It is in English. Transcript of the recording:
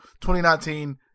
2019